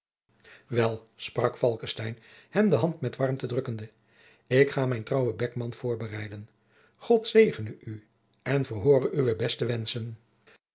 wel sprak falckestein hem de hand met warmte drukkende ik ga mijn trouwen beckman voorbereiden god zegene u en verhoore uwe beste wenschen